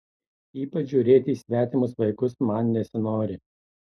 ypač žiūrėti į svetimus vaikus man nesinori